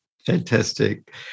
Fantastic